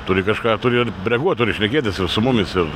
turi kažką turi reaguot turi šnekėtis ir su mumis ir